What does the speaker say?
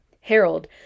Harold